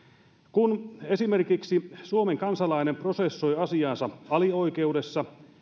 kun esimerkiksi suomen kansalainen prosessoi asiaansa alioikeudessa